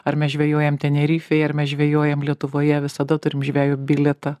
ar mes žvejojam tenerifėj ar mes žvejojam lietuvoje visada turim žvejo bilietą